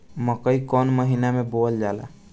मकई कौन महीना मे बोअल जाला?